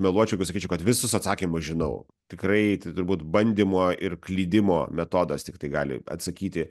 meluočiau jei sakyčiau kad visus atsakymus žinau tikrai tai turbūt bandymo ir klydimo metodas tik tai gali atsakyti